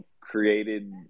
created